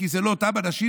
כי זה לא אותם אנשים,